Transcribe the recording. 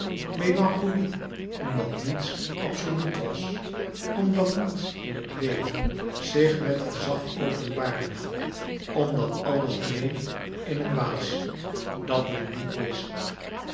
melancholie omdat niets absoluut was omdat niets in het leven zich met gezag openbaarde louis couperus metamorfoze omdat alles dreef in een waas dat men niet wist